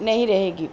نہیں رہے گی